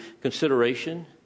consideration